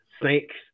snakes